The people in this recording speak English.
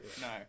No